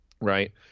Right